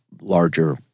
larger